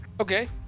Okay